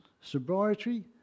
sobriety